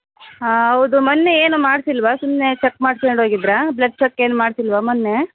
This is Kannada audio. ಹಾಂ ಹೌದು ಮೊನ್ನೆ ಏನು ಮಾಡ್ಸಿಲ್ವಾ ಸುಮ್ಮನೆ ಚೆಕ್ ಮಾಡಿಸ್ಕೊಂಡು ಹೋಗಿದ್ದಿರಾ ಬ್ಲಡ್ ಚೆಕ್ ಏನು ಮಾಡ್ಸಿಲ್ವ ಮೊನ್ನೆ